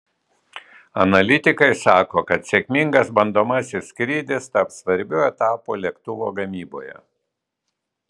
analitikai sako kad sėkmingas bandomasis skrydis taps svarbiu etapu lėktuvo gamyboje